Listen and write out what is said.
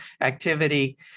activity